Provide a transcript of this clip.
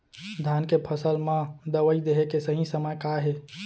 धान के फसल मा दवई देहे के सही समय का हे?